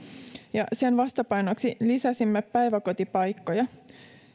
ja sen vastapainoksi lisäsimme päiväkotipaikkoja